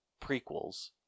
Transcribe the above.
prequels